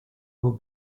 will